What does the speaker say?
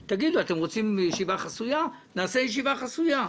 תגידו, אתם רוצים ישיבה חסויה, נעשה ישיבה חסויה.